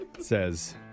Says